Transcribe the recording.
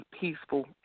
peaceful